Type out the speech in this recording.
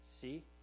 see